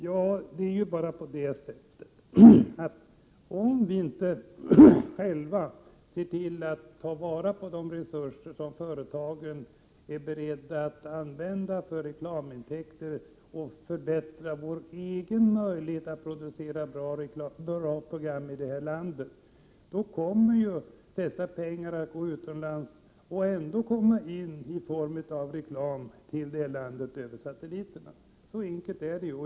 Men om vi i detta land inte själva ser till att ta vara på de resurser som företagen är beredda att använda för reklam och förbättra vår egen möjlighet att producera bra program, kommer ju dessa pengar att gå utomlands och sedan ändå komma in i landet i form av reklam över satelliterna. Så enkelt är det.